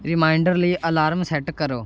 reminder ਲਈ alarm set ਕਰੋ